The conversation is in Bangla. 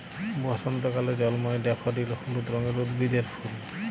বসন্তকালে জল্ময় ড্যাফডিল হলুদ রঙের উদ্ভিদের ফুল